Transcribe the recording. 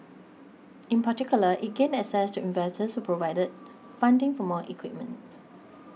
in particular it gained access to investors who provided funding for more equipment